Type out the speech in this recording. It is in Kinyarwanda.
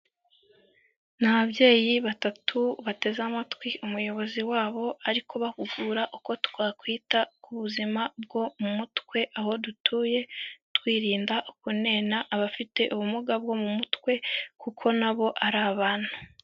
Ni ababyeyi batatu bateze amatwi umuyobozi wabo ari kubahugura uko twakwita ku buzima bwo mu mutwe aho dutuye, twirinda kunena abafite ubumuga bwo mu mutwe kuko na bo ari abantu.